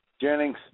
Jennings